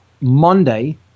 Monday